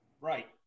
Right